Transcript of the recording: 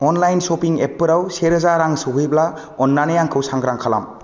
online shopping एपफोराव से रोजा रां सौहैब्ला अन्नानै आंखौ सांग्रां खालाम